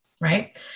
right